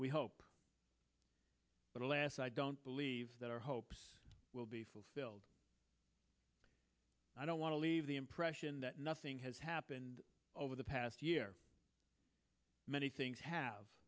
we hope but alas i don't believe that our hopes will be fulfilled i don't want to leave the impression that nothing has happened over the past year many things have